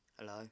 Hello